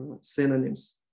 synonyms